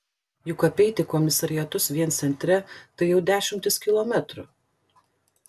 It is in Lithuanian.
juk apeiti komisariatus vien centre tai jau dešimtys kilometrų